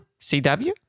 CW